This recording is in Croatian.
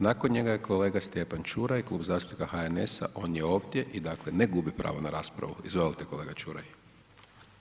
Nakon njega je kolega Stjepan Čuraj, Klub zastupnika HNS-a, on je ovdje i dakle ne gubi pravo na raspravu, izvolite kolega Čuraj.